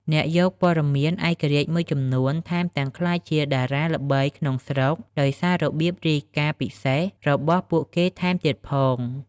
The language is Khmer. អ្នកយកព័ត៌មានឯករាជ្យមួយចំនួន ថែមទាំងក្លាយជាតារាល្បីក្នុងស្រុក ដោយសាររបៀបរាយការណ៍ពិសេសរបស់ពួកគេថែមទៀតផង។